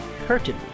curtain